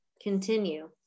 Continue